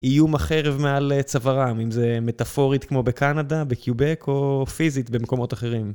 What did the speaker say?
איום החרב מעל צווארם, אם זה מטאפורית כמו בקנדה, בקיובק או פיזית במקומות אחרים.